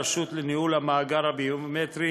על-ידי הרשות לניהול המאגר הביומטרי